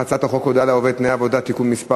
הצעת החוק הודעה לעובד (תנאי עבודה) (תיקון מס'